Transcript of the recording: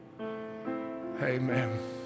Amen